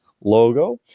logo